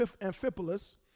Amphipolis